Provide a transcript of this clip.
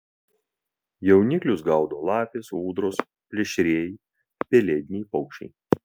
jauniklius gaudo lapės ūdros plėšrieji pelėdiniai paukščiai